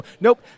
Nope